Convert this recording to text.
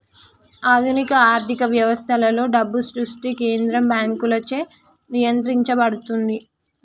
ఆధునిక ఆర్థిక వ్యవస్థలలో, డబ్బు సృష్టి కేంద్ర బ్యాంకులచే నియంత్రించబడుతుంది